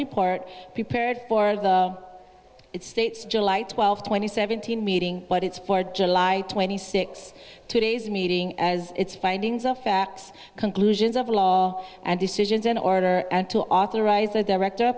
report prepared for the state's july twelve twenty seventeen meeting but its for july twenty six today's meeting as its findings of facts conclusions of law and decisions in order and to authorize the director